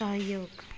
सहयोग